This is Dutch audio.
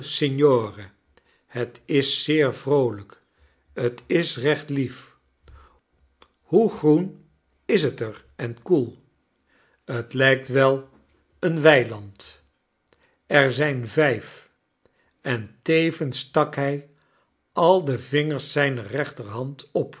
het is zeer vroolijk t is recht lief hoe groenishet er en koel t lijkt wel een weiland er zijn vijf en tevens stak hij al de vingers zijner rechterhand op